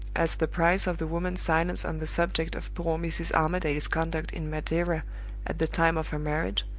as the price of the woman's silence on the subject of poor mrs. armadale's conduct in madeira at the time of her marriage,